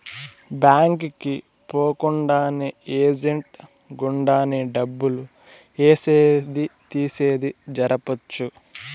bank కి పోకుండానే agent గుండానే డబ్బులు ఏసేది తీసేది జరపొచ్చు